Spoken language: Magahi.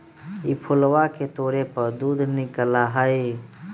ई फूलवा के तोड़े पर दूध निकला हई